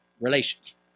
relations